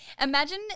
imagine